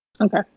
Okay